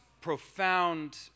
profound